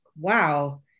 wow